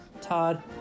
todd